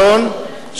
בוֹגי יעלון,